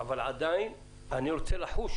אבל עדיין אני רוצה לחוש